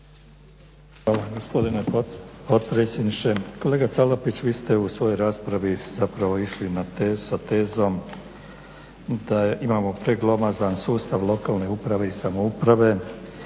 (HDZ)** Gospodine potpredsjedniče. Kolega Salapić vi ste u svojoj raspravi zapravo išli sa tezom da imamo preglomazan sustav lokalne uprave i samouprave